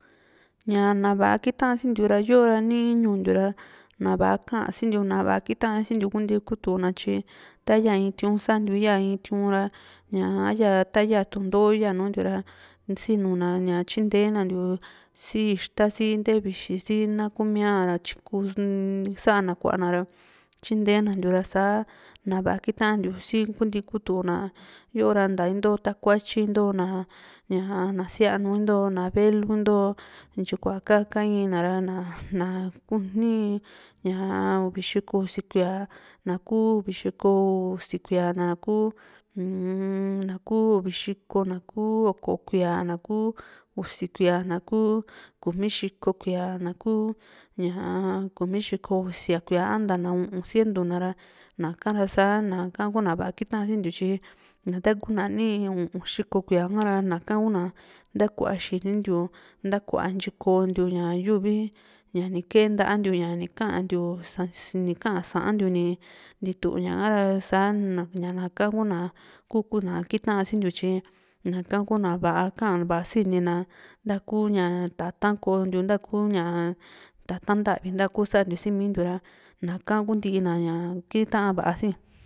ña na va´a kitasintiu ra yoo ra nii ñuu ntiu ra na va´a kasintiu na va´a kitasintiu kunti kutuna tyi ta ya in tiu´n santiu ya in tiu´n ra ñaa a ta yaa tundoó iya nùù ntiu ra sinu na tyinte nantiu si ixta si ntevixi si nakumiaa tyiku sa´na kua´na ra tyintena ntiu ra sa na va´a kitantiu si kunti kutu na yoo´ra nta into takuatyi ntoona sianu ntoona velu ntoo intyi kua ka ka in na´a ra ña ku uvi xiko kuía na ku uvi xiko usi kuíaa naku uun naku uvi xiko na ku okjoi kuía na ku usi kuía na ku kumi xiko kuía na ku ñaa kumi xiko usia kuía a nta na u´un cientu nta na ra naka ra sa´na ku na va´a kitasi ntiu tyi ña taku na nii u´un xiko kuía ra naka kuna ntakua xini ntiu ntakua ntyi koontiu ña yu´vi ña ni kee nta´a ntiu ni kantiu sa sa´a ntiu ni ntituña ha´ra sa´na ña naka kuna ku ku na kita sintiu tyi naka ku na´a va´a kaa sini na ntaku ña tata´n kontiu ntaku ña tata´n ntavi ntaku santiu simintiu ra naka kuu ntina kitaa va´a si.